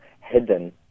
hidden